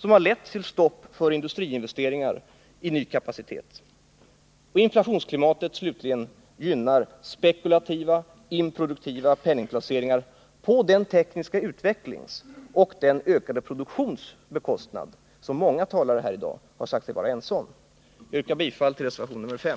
som har lett till ett stopp för industriinvesteringar i ny kapacitet. Inflationsklimatet gynnar spekulativa och improduktiva penningplaceringar på den tekniska utvecklings och den ökade produktions bekostnad som många talare här i dag har sagt sig vara överens om. Jag yrkar bifall till reservationen 5.